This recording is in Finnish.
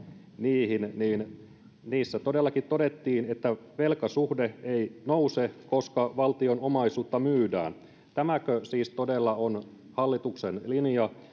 niihin niin niissä todellakin todettiin että velkasuhde ei nouse koska valtion omaisuutta myydään tämäkö siis todella on hallituksen linja